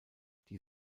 die